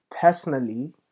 Personally